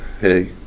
Hey